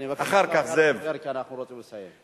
אני מבקש, לדבר, כי אנחנו רוצים לסיים.